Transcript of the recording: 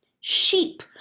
Sheep